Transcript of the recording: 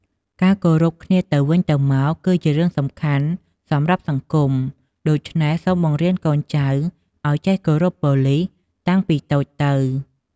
ការគោរពគ្នាទៅវិញទៅមក គឺជារឿងសំខាន់សម្រាប់សង្គម ដូច្នេះសូមបង្រៀនកូនចៅឱ្យចេះគោរពប៉ូលិសតាំងពីតូចទៅ។